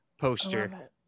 poster